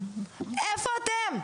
איפה אתם,